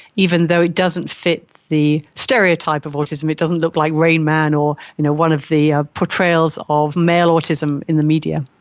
even though it doesn't fit the stereotype of autism, it doesn't look like rain man or you know one of the ah portrayals of male autism in the media.